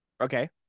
Okay